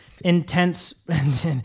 Intense